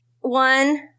One